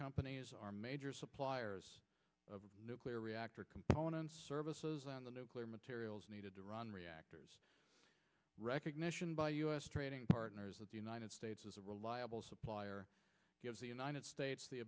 companies are major supplier of nuclear reactor components services on the nuclear materials needed to run reactors recognition by u s trading partners that the united states is a reliable supplier gives the united states the